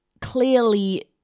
clearly